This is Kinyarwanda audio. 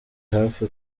hafi